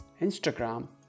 Instagram